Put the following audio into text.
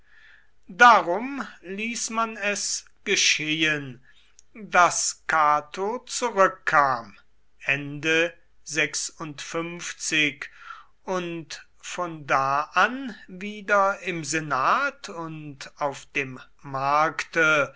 darum ließ man es geschehen daß cato zurückkam und von da an wieder im senat und auf dem markte